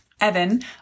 Evan